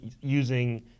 using